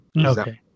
Okay